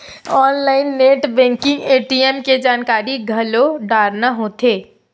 online net banking ATM के जानकारी घलो डारना होथे